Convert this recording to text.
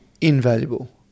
invaluable